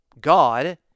God